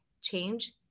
change